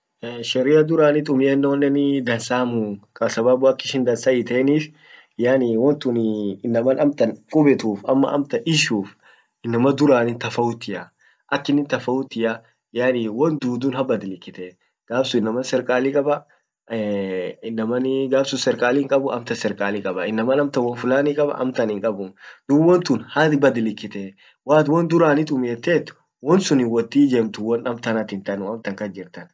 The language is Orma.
sharia durani tumienon dansamuu kwa sababu akishin dansa hiiteinnif wontun yaani inama duran ama kubbetuf inamma amtan ishuf inama duranin tafauttia akinin tafautia yaani wondudun habadilikite gaf sun innaman srkali kabah inaman gaf sun serkali kaba amtan serkali hinkabu mal amtan won fulani kaba amtan hinkabuu dub wontun haetbadilikite waat won durani tumietet won sunin wat hiijemtu won amtanatin tanunkas jirn